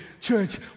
Church